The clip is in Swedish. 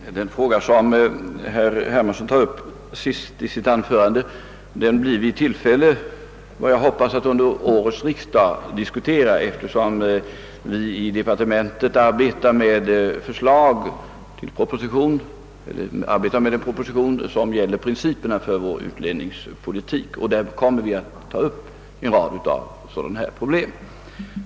Herr talman! Den fråga som herr Hermansson tog upp sist i sitt anförande blir vi i tillfälle att diskutera senare — jag hoppas redan under årets riksdag eftersom vi i departementet arbetar på en proposition om principerna för vår utlänningspolitik. Där kommer vi att ta upp en rad problem av det slaget.